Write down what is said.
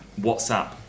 WhatsApp